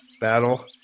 battle